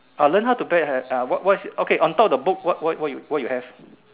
ah learn how to bet here ah what what's okay on top of the book what what what you what you have